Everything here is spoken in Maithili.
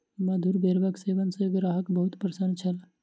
मधुर बेरक सेवन सॅ ग्राहक बहुत प्रसन्न छल